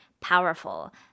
powerful